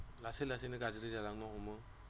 लासै लासैनो गाज्रि जालांनो हमो